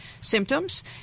symptoms